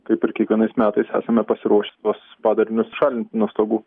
kaip ir kiekvienais metais esame pasiruošę tuos padarinius šalint nuo stogų